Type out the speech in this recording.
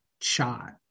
shot